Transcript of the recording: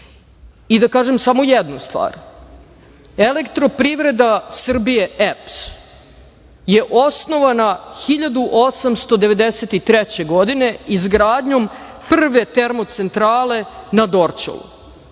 i da kažem samo jednu stvar – elektroprivreda Srbije EPS je osnovana 1893. godine izgradnjom prve termocentrale na Dorćolu. Ako